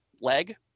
leg